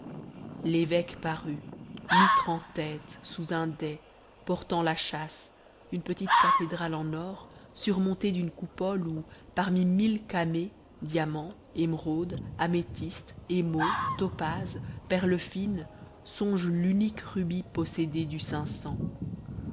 l'évêque parut mitre en tête sous un dais portant la châsse une petite cathédrale en or surmontée d'une coupole où parmi mille camées diamants émeraudes améthystes émaux topazes perles fines songe l'unique rubis possédé du